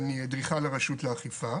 לרשות האכיפה.